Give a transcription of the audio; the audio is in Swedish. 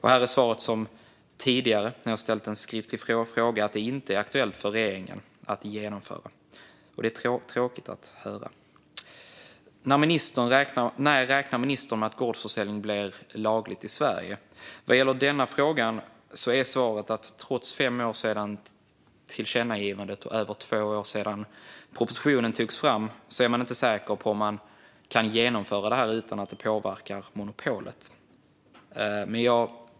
Här är svaret, som tidigare när jag ställt en skriftlig fråga, att detta inte är aktuellt för regeringen att genomföra. Det är tråkigt att höra. Jag frågade slutligen när ministern räknar med att gårdsförsäljning blir lagligt i Sverige. Vad gäller denna fråga är svaret att regeringen trots att det gått fem år sedan tillkännagivandet och över två år sedan propositionen togs fram ännu inte är säker på om man kan genomföra detta utan att det påverkar monopolet.